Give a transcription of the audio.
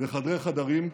וחדרי-חדרים,